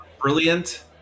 brilliant